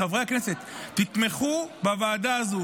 חברי הכנסת: תתמכו בוועדה הזאת,